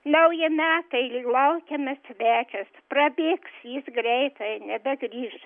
nauji metai laukiamas svečias prabėgs jis greitai nebegrįš